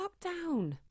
lockdown